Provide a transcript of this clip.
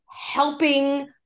helping